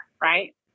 right